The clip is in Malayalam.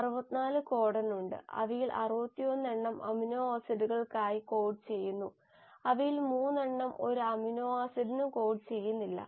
64 കോഡൺ ഉണ്ട് അവയിൽ 61 എണ്ണം അമിനോ ആസിഡുകൾക്കായി കോഡ് ചെയ്യുന്നു അവയിൽ 3 എണ്ണം ഒരു അമിനോ ആസിഡിനും കോഡ് ചെയ്യുന്നില്ല